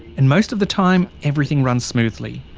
and most of the time everything runs smoothly.